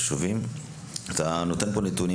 אתה נותן פה נתונים